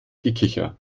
gekicher